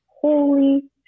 holy